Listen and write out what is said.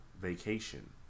vacation